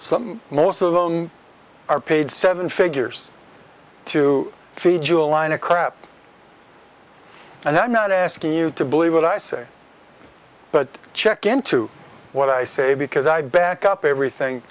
some most of them are paid seven figures to feed you a line of crap and i'm not asking you to believe what i say but check into what i say because i back up everything